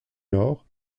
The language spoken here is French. nord